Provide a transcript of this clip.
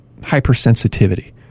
hypersensitivity